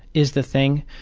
is the thing.